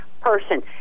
person